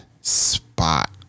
spot